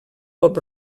pop